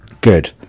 Good